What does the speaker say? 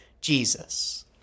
Jesus